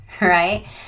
right